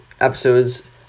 episodes